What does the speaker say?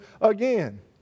again